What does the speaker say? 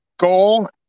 goal